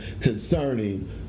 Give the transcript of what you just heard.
concerning